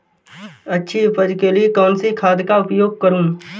अच्छी उपज के लिए कौनसी खाद का उपयोग करूं?